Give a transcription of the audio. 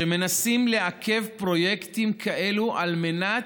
שמנסים לעכב פרויקטים כאלו על מנת,